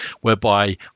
whereby